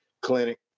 clinic